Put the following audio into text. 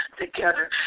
together